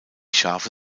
schafe